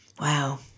Wow